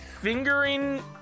fingering